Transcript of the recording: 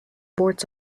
boards